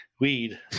Weed